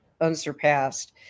unsurpassed